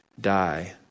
die